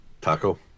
Taco